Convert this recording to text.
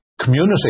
community